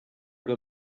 que